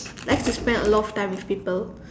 I could spend a lot of time with people